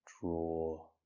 draw